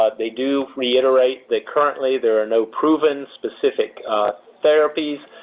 ah they do reiterate that currently there are no proven specific therapies.